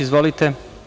Izvolite.